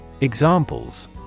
Examples